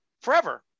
forever